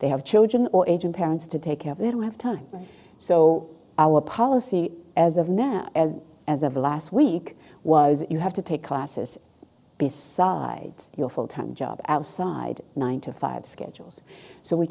they have children or aging parents to take care of it we have time so our policy as of now as of last week was that you have to take classes besides your full time job outside nine to five schedules so we